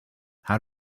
how